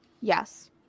Yes